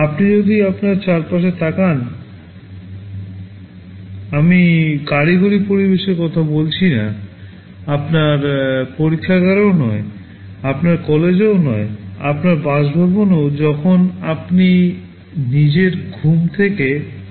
আপনি যদি আপনার চারপাশে তাকান আমি কারিগরি পরিবেশে কথা বলছি না পরীক্ষাগারে নয় আপনার কলেজেও নয় আপনার বাসভবনেও যখন আপনি নিজে ঘুম থেকে জেগে ওঠেন